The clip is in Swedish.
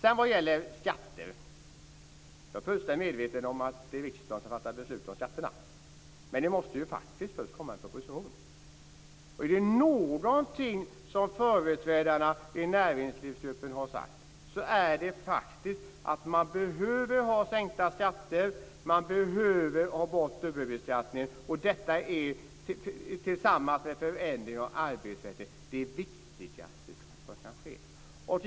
Jag är fullständigt medveten om att det är riksdagen som fattar beslut om skatterna, men det måste faktiskt först komma en proposition. Är det någonting som företrädarna i näringslivsgruppen har sagt är det faktiskt att skatterna behöver sänkas och att dubbelbeskattningen behöver tas bort. Detta är, tillsammans med en förändring av arbetsrätten, det viktigaste som kan ske.